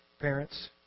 parents